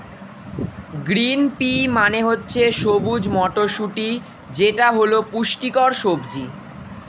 green pea মানে হচ্ছে সবুজ মটরশুঁটি যেটা হল পুষ্টিকর সবজি